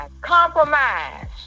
Compromise